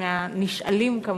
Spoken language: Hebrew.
מהנשאלים כמובן,